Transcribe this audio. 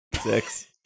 six